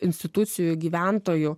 institucijų gyventojų